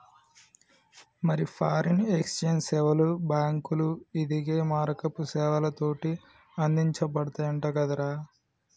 మరి foreign exchange సేవలు బాంకులు, ఇదిగే మారకపు సేవలతోటి అందించబడతయంట కదరా